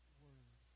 word